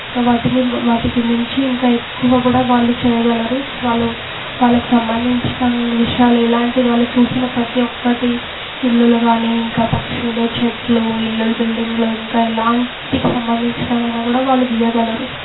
ఇంకా వాటిని వాటికి మించి ఇంకా ఎక్కువ కూడా వాళ్ళు చేయగలరు వాళ్ళు వాళ్ళకి సంబంధించిన విషయాలు ఎలాంటిది వాళ్ళు చూసిన ప్రతీ ఒక్కటి ఇళ్ళు కానీ ఇంకా పక్షులు చెట్లు ఇళ్ళు బిల్డింగ్లు ఇంకా ఎలాంటి సంబంధిచినవైనా కూడా వాళ్ళు గీయగలరు